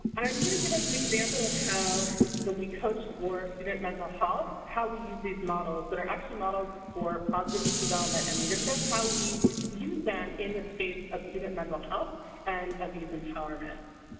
i'm going to give us an example of how when we coach for student mental health, how we use these models that are actually models for positive youth development and leadership how we use them in the space of student mental health and of youth empowerment.